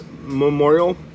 memorial